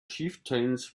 chieftains